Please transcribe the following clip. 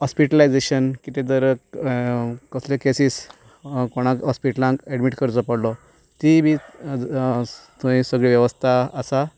hospitalisation कितें तर कसलेय केसीस कोणाक हॉस्पिटलान एडमीट करचो पडलो ती बी थंय सगली वेवस्था आसा